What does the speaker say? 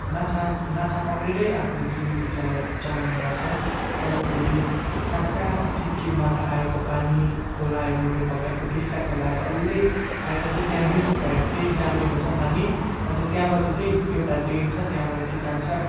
माछा माछा पक्रेरै आफ्नो जीविका चलाउ चलाउने गर्छ अन्त फेरि कहाँ कहाँ सिक्किमबाट आएको पानी खोलाहरूले बगाएको टिस्टा खोला डल्लै आएर चाहिँ त्यहाँ मिक्स भएर चाहिँ त्यहाँ जामिएको छ पानी अझै त्यहाँबाट चाहिँ एउटा ड्याम छ त्यहाँबाट चाहिँ जान्छ